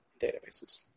databases